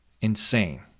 insane